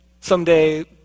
someday